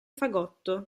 fagotto